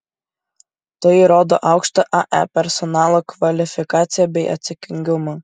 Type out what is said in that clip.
tai rodo aukštą ae personalo kvalifikaciją bei atsakingumą